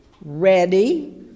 ready